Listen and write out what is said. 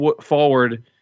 forward